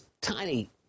tiny